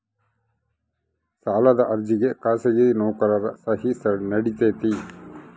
ಸಾಲದ ಅರ್ಜಿಗೆ ಖಾಸಗಿ ನೌಕರರ ಸಹಿ ನಡಿತೈತಿ?